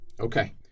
Okay